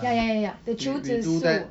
ya ya ya ya ya the 秋子树